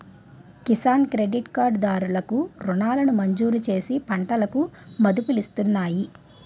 Kisan credit card దారులు కు రుణాలను మంజూరుచేసి పంటలకు మదుపులిస్తున్నాయి